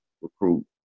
recruit